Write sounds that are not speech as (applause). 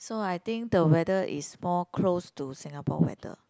so I think the (breath) weather is more (breath) close to (breath) Singapore weather